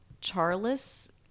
Charles